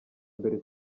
mbere